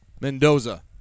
Mendoza